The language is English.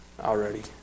already